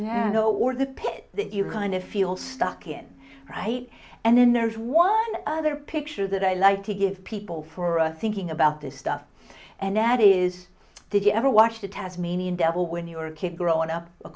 hole or the pit that you kind of feel stuck in right and then there's one other picture that i like to give people for us thinking about this stuff and that is did you ever watch the tasmanian devil when your kid grown up a